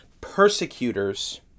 persecutors